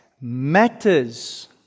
matters